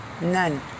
None